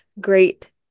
great